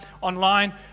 online